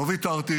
לא ויתרתי